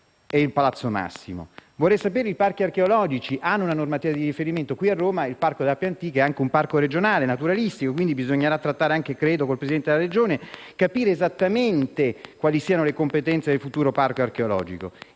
e Palazzo Massimo. Vorrei sapere se i parchi archeologici hanno una normativa di riferimento. Qui a Roma, il Parco dell'Appia antica è anche un parco naturalistico regionale, quindi bisognerà trattare anche, credo, con il Presidente della Regione e capire esattamente quali siano le competenze del futuro parco archeologico.